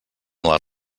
les